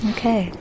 Okay